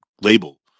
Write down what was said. label